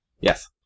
Yes